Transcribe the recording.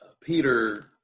Peter